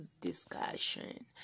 discussion